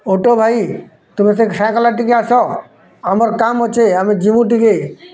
auto ଭାଇ ତୁମେ ସେ ସାଂକଲ୍ ଟିକେ ଆସ ଆମର୍ କାମ୍ ଅଛି ଆମେ ଜିମୁଁ ଟିକେ